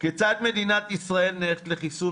כיצד מדינת ישראל נערכת לחיסון